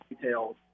details